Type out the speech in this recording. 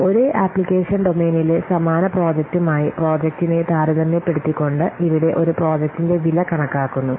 അതിനാൽ ഒരേ ആപ്ലിക്കേഷൻ ഡൊമെയ്നിലെ സമാന പ്രോജക്റ്റുമായി പ്രോജക്റ്റിനെ താരതമ്യപ്പെടുത്തിക്കൊണ്ട് ഇവിടെ ഒരു പ്രോജക്റ്റിന്റെ വില കണക്കാക്കുന്നു